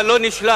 אבל לא נשלם.